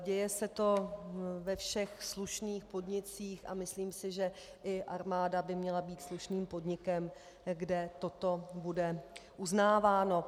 Děje se to ve všech slušných podnicích a myslím si, že i armáda by měla být slušným podnikem, kde toto bude uznáváno.